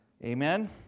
Amen